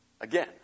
again